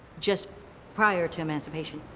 just prior to emancipation,